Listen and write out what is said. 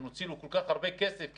נוציא כל כך הרבה כסף כמדינה,